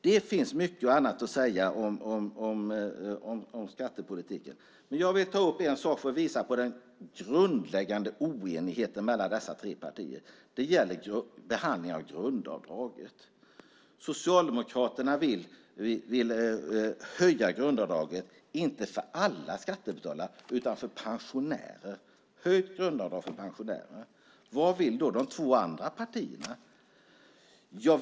Det finns mycket att säga om skattepolitiken, men jag vill särskilt ta upp en sak för att visa på den grundläggande oenigheten mellan dessa tre partier. Det gäller behandlingen av grundavdraget. Socialdemokraterna vill höja grundavdraget men inte för alla skattebetalare utan för pensionärer. Vad vill då de två andra partierna?